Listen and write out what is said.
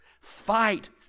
fight